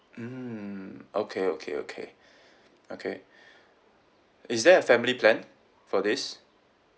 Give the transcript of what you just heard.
mm okay okay okay okay is there a family plan for this